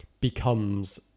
becomes